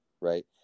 right